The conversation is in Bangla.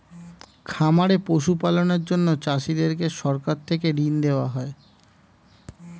খামারে পশু পালনের জন্য চাষীদেরকে সরকার থেকে ঋণ দেওয়া হয়